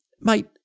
mate